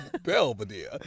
Belvedere